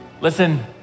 listen